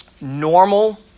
normal